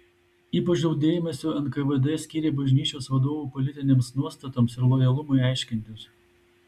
ypač daug dėmesio nkvd skyrė bažnyčios vadovų politinėms nuostatoms ir lojalumui aiškintis